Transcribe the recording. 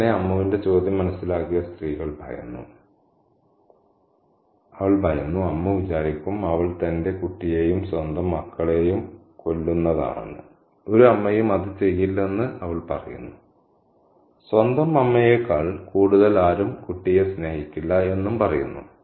അങ്ങനെ അമ്മുവിന്റെ ചോദ്യം മനസിലാക്കിയ സ്ത്രീകൾ ഭയന്നു അവൾ ഭയന്നു അമ്മു വിചാരിക്കും അവൾ തന്റെ കുട്ടിയെയും സ്വന്തം മക്കളെയും കൊന്നതാണെന്ന്ഒരു അമ്മയും അത് ചെയ്യില്ലെന്ന് അവൾ പറയുന്നു സ്വന്തം അമ്മയേക്കാൾ കൂടുതൽ ആരും കുട്ടിയെ സ്നേഹിക്കില്ല എന്നും പറയുന്നു